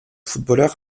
footballeur